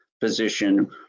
position